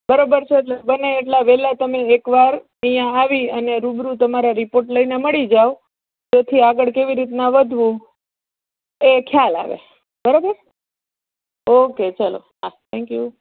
બરોબર છે એટલે બને એટલા વહેલા તમે એકવાર અહીં આવી અને રૂબરૂ તમારા રિપોર્ટ લઈને મળી જાવ તેથી આગળ કેવી રીતના વધવું એ ખ્યાલ આવે બરોબર ઓકે ચાલો હાં થેન્ક યુ